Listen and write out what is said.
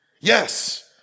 Yes